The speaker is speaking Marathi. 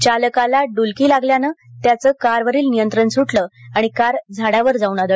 चालकाला डुलकी लागल्याने त्याचे कारवरील नियंत्रण सुटले आणि कार झाडावर जाऊन आदळली